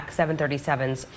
737'S